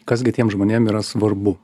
kas gi tiem žmonėm yra svarbu